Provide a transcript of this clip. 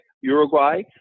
Uruguay